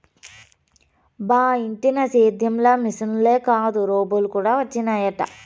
బా ఇంటినా సేద్యం ల మిశనులే కాదు రోబోలు కూడా వచ్చినయట